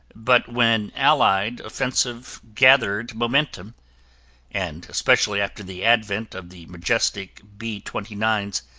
but when allied offensive gathered momentum and especially after the advent of the majestic b twenty nine s,